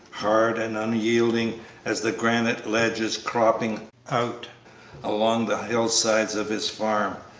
hard and unyielding as the granite ledges cropping out along the hill-sides of his farm,